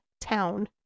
town